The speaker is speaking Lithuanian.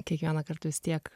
kiekvienąkart vis tiek